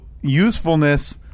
usefulness